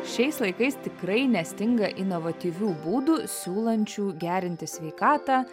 šiais laikais tikrai nestinga inovatyvių būdų siūlančių gerinti sveikatą